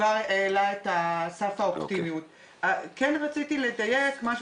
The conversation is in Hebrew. ככל שהם לא מוכנים להעמיד את התנאים עד השעה 16:00 בהתאם להסכם השכר,